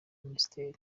minisiteri